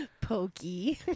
Pokey